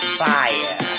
fire